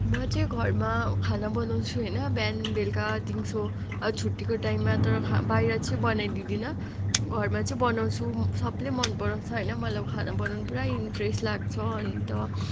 म चाहिँ घरमा खाना बनाउँछु होइन बिहान बेलुका दिउँसो अब छुट्टीको टाइममा तर बाहिर चाहिँ बनाइदिँदिनँ घरमा चाहिँ बनाउँछु सबले मन पराउँछ होइन मलाई खाना बनाउनु पुरा इन्ट्रेस्ट लाग्छ अन्त